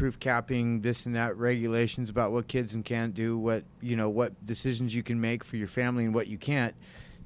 proofed capping this and that regulations about what kids and can do what you know what decisions you can make for your family and what you can't